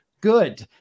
good